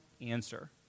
answer